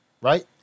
Right